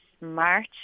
March